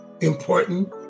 important